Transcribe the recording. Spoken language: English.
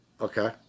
Okay